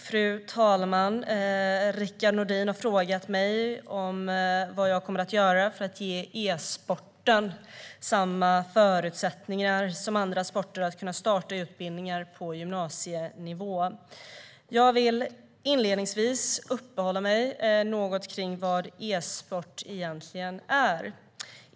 Fru talman! Rickard Nordin har frågat mig vad jag kommer att göra för att ge e-sporten samma förutsättningar som andra sporter att kunna starta utbildningar på gymnasienivå. Jag vill inledningsvis uppehålla mig något kring vad e-sport egentligen är.